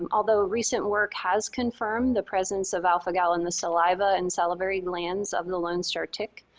um although recent work has confirmed the presence of alpha-gal in the saliva and salivary glands of the lone star tick,